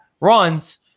runs